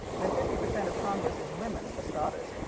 when fifty percent of congress is women for starters.